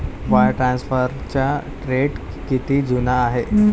Wire ट्रान्सफरचा trend किती जुना आहे?